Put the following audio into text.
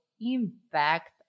impact